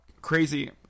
crazy